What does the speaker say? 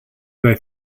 they